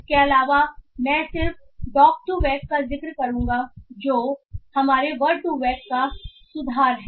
इसके अलावा मैं सिर्फ डॉक्2वेक् का जिक्र करूंगा जो हमारे वर्ड2वेक का सुधार है